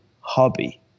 hobby